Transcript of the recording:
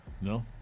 No